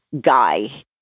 guy